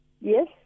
Yes